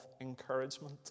encouragement